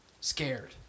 Scared